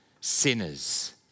sinners